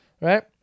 Right